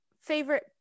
Favorite